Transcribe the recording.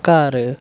ਘਰ